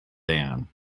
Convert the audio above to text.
dan